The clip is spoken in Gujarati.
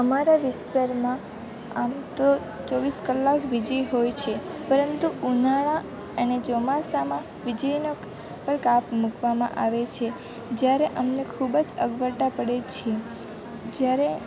અમારા વિસ્તારમાં આમ તો ચોવીસ કલાક વીજળી હોય છે પરંતુ ઉનાળા અને ચોમાસામાં વીજળીનો પણ કાપ મૂકવામાં આવે છે જ્યારે અમને ખૂબ જ અગવડતા પડે છે જ્યારે